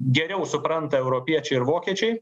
geriau supranta europiečiai ir vokiečiai